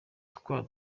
twa